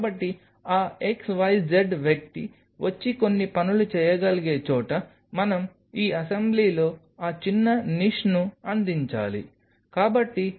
కాబట్టి ఆ xyz వ్యక్తి వచ్చి కొన్ని పనులు చేయగలిగే చోట మనం ఈ అసెంబ్లీలో ఆ చిన్న నిష్ను అందించాలి